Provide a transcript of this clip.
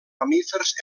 mamífers